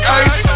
ice